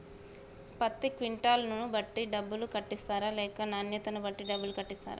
పత్తి క్వింటాల్ ను బట్టి డబ్బులు కట్టిస్తరా లేక నాణ్యతను బట్టి డబ్బులు కట్టిస్తారా?